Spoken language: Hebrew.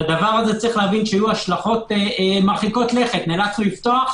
לדבר הזה היו השלכות מרחיקות לכת נאלצנו לפתוח